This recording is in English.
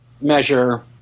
measure